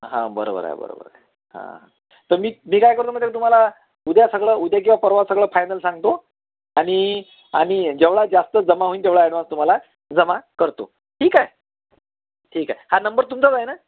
हां बरोबर आहे बरोबर आहे हां तर मी मी काय करतो माहिती आहे का तुम्हाला उद्या सगळं उद्या किंवा परवा सगळं फायनल सांगतो आणि आणि जेवढा जास्त जमा होईल तेवढा ॲडवान्स तुम्हाला जमा करतो ठीक आहे ठीक आहे हा नंबर तुमचाच आहे ना